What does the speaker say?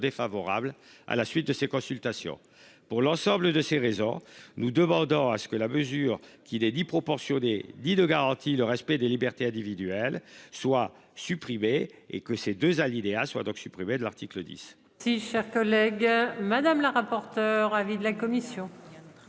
défavorables à la suite de ses consultations pour l'ensemble de ces raisons nous demandant à ce que la mesure qui les dit proportionnée dit de garantit le respect des libertés individuelles soit supprimé et que ces deux alinéas soit donc supprimé de l'article 10.